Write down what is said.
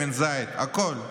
שמן זית הכול.